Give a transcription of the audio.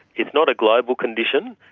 it's not a global condition.